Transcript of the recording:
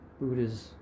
Buddha's